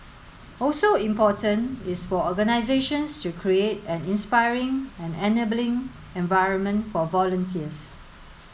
also important is for organisations to create an inspiring and enabling environment for volunteers